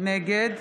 נגד